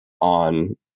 on